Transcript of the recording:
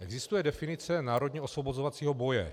Existuje definice národně osvobozovacího boje.